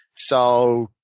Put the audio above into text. so